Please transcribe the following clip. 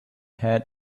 had